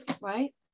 right